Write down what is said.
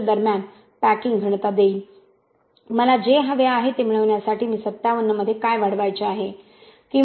62 दरम्यान पॅकिंग घनता देईल मला जे हवे आहे ते मिळवण्यासाठी मी 57 मध्ये काय वाढवायचे आहे